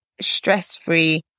stress-free